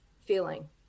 feeling